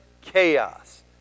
chaos